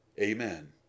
Amen